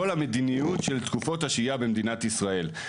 המדיניות של תקופות השהייה במדינת ישראל.